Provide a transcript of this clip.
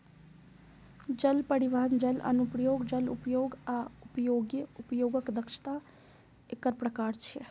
जल परिवहन, जल अनुप्रयोग, जल उपयोग आ उपभोग्य उपयोगक दक्षता एकर प्रकार छियै